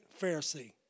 Pharisee